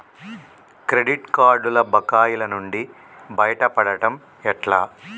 Credit కార్డుల బకాయిల నుండి బయటపడటం ఎట్లా?